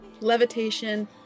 Levitation